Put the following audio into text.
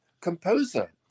composer